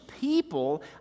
people